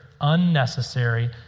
unnecessary